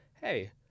hey